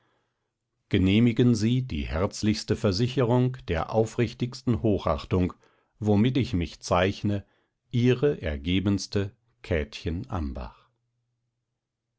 genehmigen sie die herzlichste versicherung der aufrichtigsten hochachtung womit ich mich zeichne ihre ergebenste käthchen ambach